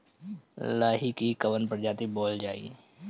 लाही की कवन प्रजाति बोअल जाई?